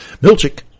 Milchik